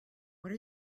what